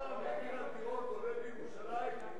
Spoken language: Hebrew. מחיר הדירות עולה בירושלים,